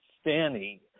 Stanny